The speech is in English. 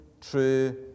true